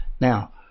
Now